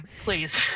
Please